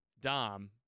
Dom